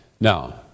Now